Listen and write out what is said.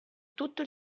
tutto